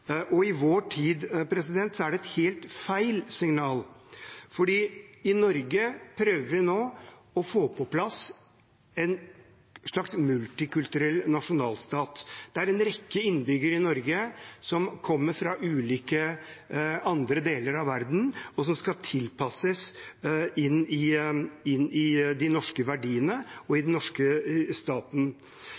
I vår tid er det et helt feil signal. I Norge prøver vi nå å få på plass en slags multikulturell nasjonalstat. Det er en rekke innbyggere i Norge som kommer fra ulike andre deler av verden, som skal tilpasse seg de norske verdiene og den norske staten.